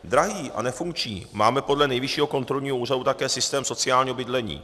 Drahý a nefunkční máme podle Nejvyššího kontrolního úřadu také systém sociálního bydlení.